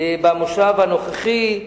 במושב הנוכחי,